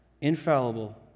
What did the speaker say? infallible